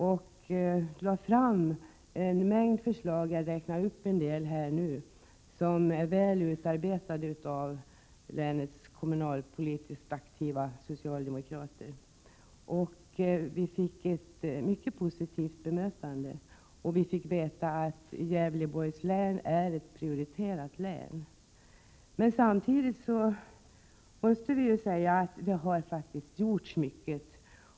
Vi lade fram en mängd förslag, som jag räknade upp nyss, som är väl utarbetade av länets kommunalpolitiskt aktiva socialdemokrater, och vi fick ett mycket positivt bemötande. Vi fick veta att Gävleborgs län är ett prioriterat län. Samtidigt måste jag säga att det faktiskt har gjorts mycket.